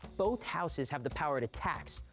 both houses have the power to tax,